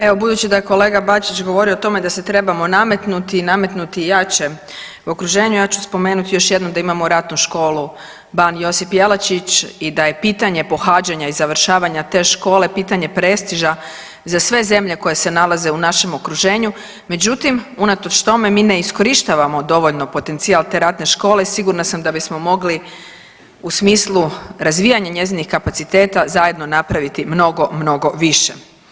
Evo budući da je kolega Bačić govorio o tome da se trebamo nametnuti i nametnuti jače u okruženju, ja ću spomenut još jednom da imamo Ratnu školu Ban Josip Jelačić i da je pitanje pohađanja i završavanja te škole pitanje prestiža za sve zemlje koje se nalaze u našem okruženju međutim unatoč tome mi ne iskorištavamo dovoljno potencijal te ratne škole i sigurna sam da bismo mogli u smislu razvijanja njezinih kapaciteta zajedno napraviti mnogo, mnogo više.